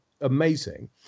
amazing